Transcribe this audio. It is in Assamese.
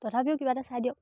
তথাপিও কিবা এটা চাই দিয়ক